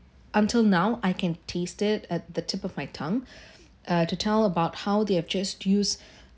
until now I can taste it at the tip of my tongue uh to tell about how they have just use